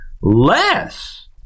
less